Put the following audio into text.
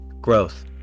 growth